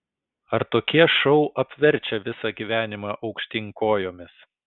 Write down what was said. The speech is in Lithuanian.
ar tokie šou apverčia visą gyvenimą aukštyn kojomis